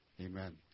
Amen